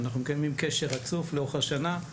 אנחנו מקיימים קשר רצוף לאורך השנה,